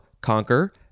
conquer